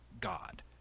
God